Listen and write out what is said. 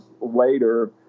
later